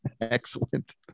Excellent